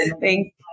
Thank